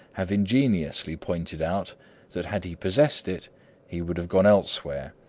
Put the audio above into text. have ingeniously pointed out that had he possessed it he would have gone elsewhere.